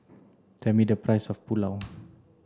tell me the price of Pulao